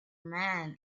men